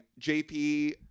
jp